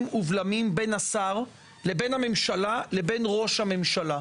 ובלמים בין השר לבין הממשלה לבין ראש הממשלה.